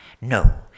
No